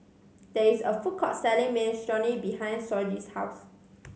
there is a food court selling Minestrone behind Shoji's house